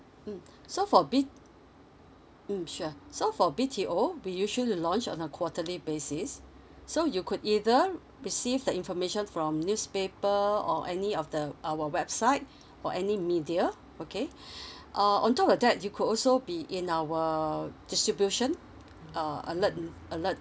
mm so for B mm sure so for B_T_O we usually launch on a quarterly basis so you could either receive the information from newspaper or any of the our website or any media okay uh on top of that you could also be in our distribution uh alert mm alert